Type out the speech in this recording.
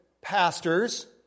pastors